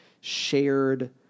shared